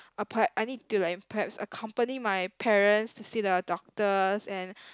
perhaps I need to like perhaps accompany my parents to see the doctors and